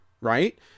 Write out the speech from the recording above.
Right